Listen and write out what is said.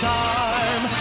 time